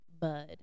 bud